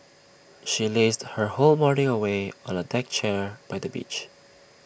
she lazed her whole morning away on A deck chair by the beach